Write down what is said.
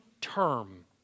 term